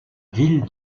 ville